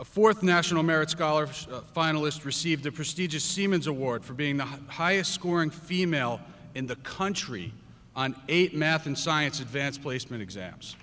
a fourth national merit scholars finalist receive the prestigious siemens award for being the highest scoring female in the country eight math and science advanced placement exams